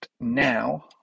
now